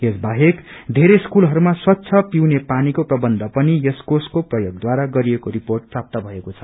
यस बाहेक पेरै स्कूलहरूमा स्वच्छ पिउने पानीको प्रवन्ध पनि यस कोषको प्रयोगदारा गरिएको रिपोट प्राप्त भएको छ